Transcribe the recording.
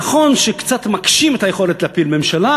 נכון שקצת מקשים את היכולת להפיל ממשלה,